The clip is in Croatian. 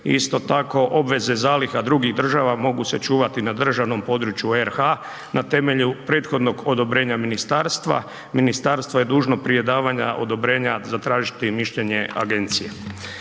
isto tako obveze zaliha drugih država mogu se čuvati na državnom području RH na temelju prethodnog odobrenja ministarstva. Ministarstvo je dužno prije davanja odobrenja zatražiti mišljenje agencije.